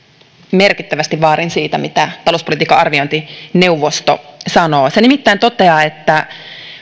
merkittävästi vaarin siitä mitä talouspolitiikan arviointineuvosto sanoo se nimittäin toteaa että